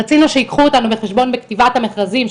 רצינו שיקחו אותנו בחשבון בכתיבת המכרזים,